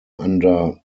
under